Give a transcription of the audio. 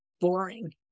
boring